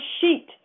sheet